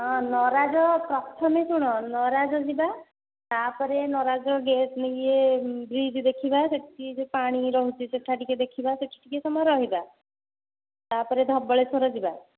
ନରାଜ ପ୍ରଥମେ ଶୁଣ ନରାଜ ଯିବା ତାପରେ ନରାଜ ଗେଟ୍ ଇଏ ବ୍ରିଜ୍ ଦେଖିବା ସେଠି ଯେଉଁ ପାଣି ରହୁଛି ସେଇଟା ଟିକିଏ ଦେଖିବା ସେଇଠି ଟିକିଏ ସମୟ ରହିବା ତାପରେ ଧବଳେଶ୍ୱର ଯିବା